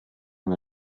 wir